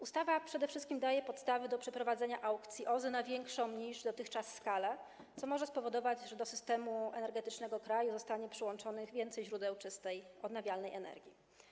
Ustawa przede wszystkim daje podstawy do przeprowadzenia aukcji OZE na większą niż dotychczas skalę, co może spowodować, że do systemu energetycznego kraju zostanie przyłączonych więcej źródeł czystej, odnawialnej energii.